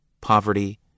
poverty